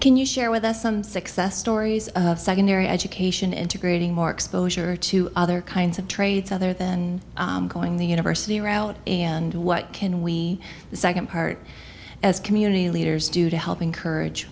can you share with us some success stories of secondary education integrating more exposure to other kinds of trades rather than going the university around and what can we the second part as community leaders do to help encourage